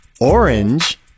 Orange